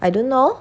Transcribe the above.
I don't know